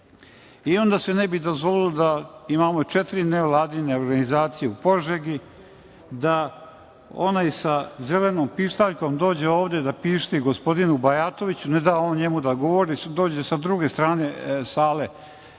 Onda se ne bi dozvolilo da imamo četiri nevladine organizacije u Požegi, da onaj sa zelenom pištaljkom dođe ovde da pišti gospodinu Bajatoviću, ne da mu da govori, pa dođe sa druge strane sale.